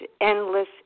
endless